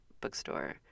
bookstore